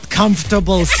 comfortable